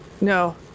no